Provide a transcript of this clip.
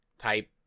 type